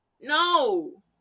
No